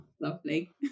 lovely